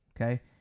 okay